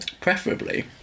Preferably